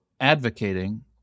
advocating